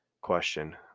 Question